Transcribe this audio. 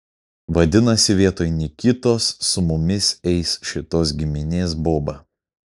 vadinasi vietoj nikitos su mumis eis šitos giminės boba